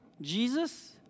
Jesus